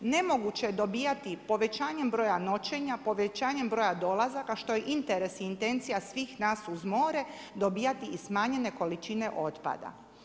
Nemoguće je dobivati povećanjem broja noćenja, povećanjem broja dolazak, što je interes i intencija svih nas uz more, dobivati i smanjene količine otpada.